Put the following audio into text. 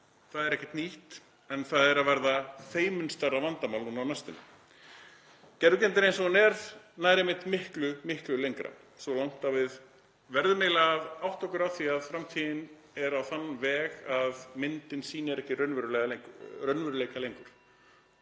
Það er ekkert nýtt en það er að verða þeim mun stærra vandamál núna á næstunni. Gervigreindin eins og hún er nær einmitt miklu, miklu lengra, svo langt að við verðum eiginlega að átta okkur á því að framtíðin er á þann veg að myndin sýnir ekki raunveruleika lengur.